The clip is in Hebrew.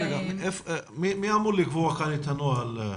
מי אמור לקבוע כאן את הנוהל?